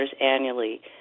annually